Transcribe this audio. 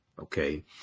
okay